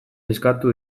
eskatu